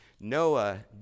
Noah